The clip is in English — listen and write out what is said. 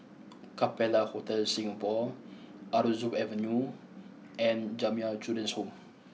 Capella Hotel Singapore Aroozoo Avenue and Jamiyah Children's Home